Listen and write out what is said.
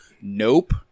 Nope